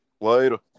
Later